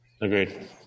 Agreed